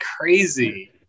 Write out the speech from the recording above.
crazy